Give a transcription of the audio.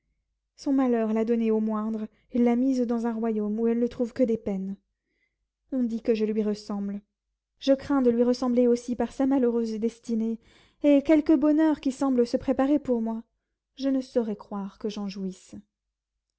son malheur l'a donnée au moindre et l'a mise dans un royaume où elle ne trouve que des peines on dit que je lui ressemble je crains de lui ressembler aussi par sa malheureuse destinée et quelque bonheur qui semble se préparer pour moi je ne saurais croire que j'en jouisse